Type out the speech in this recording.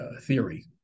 theory